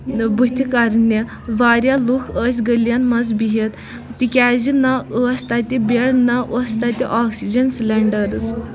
بٔتھِ کَرنہِ واریاہ لُکھ ٲسۍ گٔلیَن منٛز بِہِتھ تِکیازِ نہ ٲس تَتہِ بیڈ نہ اوس تَتہِ آکسِجَن سِلینڈٔرٕز